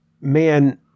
man